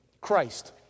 Christ